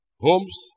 homes